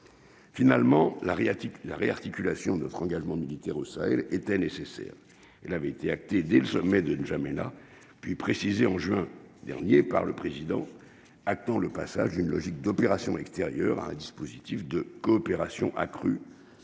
réalité, la réarticulation notre engagement militaire au Sahel étaient nécessaires, il avait été actée dès le sommet de N'Djamena, puis précisé en juin dernier par le président attend le passage d'une logique d'opérations extérieures à un dispositif de coopération accrue